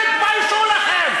תתביישו לכם.